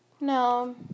No